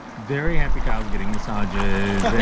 very happy cows getting massages